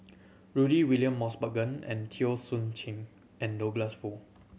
Rudy William Mosbergen and Teo Soon and Douglas Foo